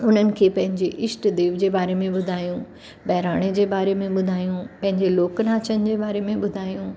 उन्हनि खे पंहिंजी ईष्ट देव जे बारे में ॿुधायूं बहिराणे जे बारे में ॿुधायूं पंहिंजे लोक नाचनि जे बारे में ॿुधायूं